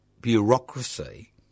bureaucracy